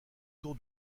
tour